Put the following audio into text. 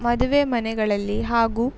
ಮದುವೆ ಮನೆಗಳಲ್ಲಿ ಹಾಗೂ